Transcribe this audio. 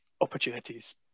opportunities